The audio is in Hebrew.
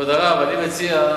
כבוד הרב, אני מציע,